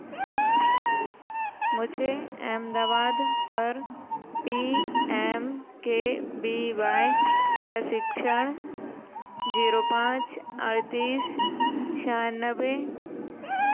मुझे अहमदाबाद पर P M K B Y प्रशिक्षण जीरो पाँच अड़तीस छियानबे